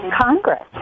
Congress